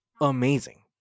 amazing